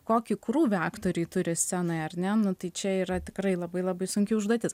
kokį krūvį aktoriai turi scenoje ar ne nu tai čia yra tikrai labai labai sunki užduotis